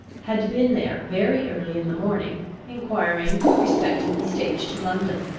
had been there very early in the morning enquiring respecting the stage to london.